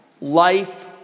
Life